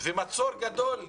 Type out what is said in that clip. ומצור גדול,